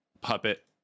puppet